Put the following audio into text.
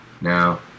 now